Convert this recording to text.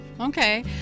Okay